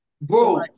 Bro